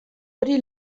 hori